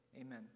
Amen